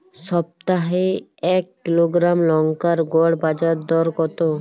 সপ্তাহে এক কিলোগ্রাম লঙ্কার গড় বাজার দর কতো?